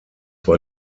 war